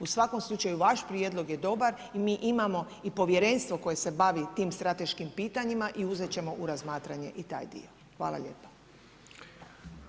U svakom slučaju vaš prijedlog je dobar i mi imamo i povjerenstvo koje se bavi tim strateškim pitanjima i uzeti ćemo u razmatranje i taj dio.